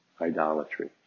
idolatry